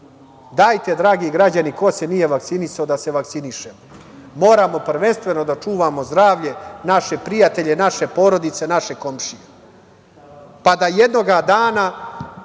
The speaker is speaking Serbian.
Dajte, dragi građani, ko se nije vakcinisao, da se vakciniše. Moramo prvenstveno da čuvamo zdravlje, naše prijatelje, naše porodice, naše komšije, pa da jednoga dana